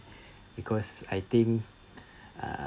because I think uh